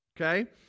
Okay